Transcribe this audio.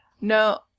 No